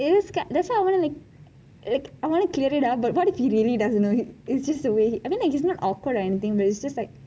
it is that's why I want to like like I want to clear it up but what if he really doesn't know it is just the way I mean he's not awkward or anything is just like